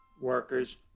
workers